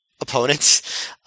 opponents